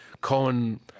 Cohen